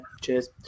Cheers